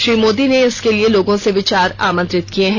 श्री मोदी ने इसके लिए लोगों से विचार आमंत्रित किए हैं